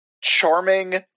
charming